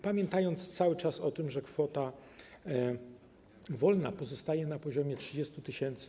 Pamiętajmy cały czas o tym, że kwota wolna pozostaje na poziomie 30 tys.